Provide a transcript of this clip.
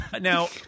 Now